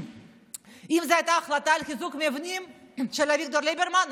אם זו הייתה החלטה לחיזוק מבנים של אביגדור ליברמן,